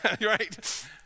right